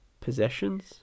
possessions